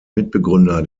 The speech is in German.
mitbegründer